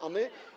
A my?